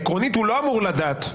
עקרונית, הוא לא אמור לדעת.